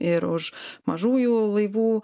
ir už mažųjų laivų